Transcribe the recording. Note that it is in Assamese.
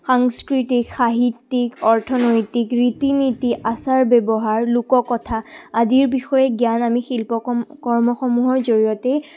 সাংস্কৃতিক সাহিত্যিক অৰ্থনৈতিক ৰীতি নীতি আচাৰ ব্যৱহাৰ লোককথা আদিৰ বিষয়ে জ্ঞান আমি শিল্পক কৰ্মসমূহৰ জৰিয়তেই